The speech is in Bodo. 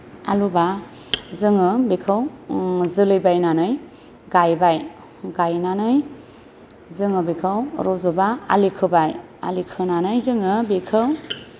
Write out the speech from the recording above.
आलुबा जोङो बेखौ जोलै बायनानै गायबाय गायनानै जोङो बेखौ रज'बा आलि खोबाय आलि खोनानै जोङो बेखौ